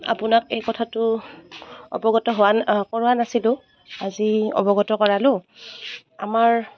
আপোনাক এই কথাটো অৱগত হোৱা ন কৰা নাছিলোঁ আজি অৱগত কৰালোঁ আমাৰ